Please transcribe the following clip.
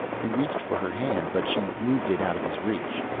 he reached for her hand but she moved it out of his reach.